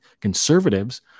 Conservatives